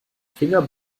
finger